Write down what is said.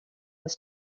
was